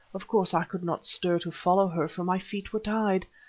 of course i could not stir to follow her, for my feet were tied.